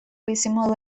bizimodu